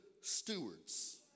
stewards